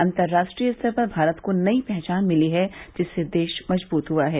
अतर्राष्ट्रीय स्तर पर भारत को नई पहचान मिली है जिससे देश मजबूत हुआ है